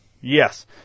yes